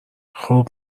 خوب